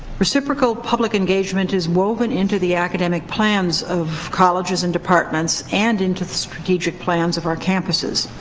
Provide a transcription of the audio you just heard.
reciprocal public engagement is woven into the academic plans of colleges and departments and into strategic plans of our campuses.